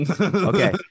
okay